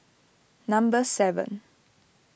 number seven